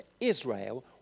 Israel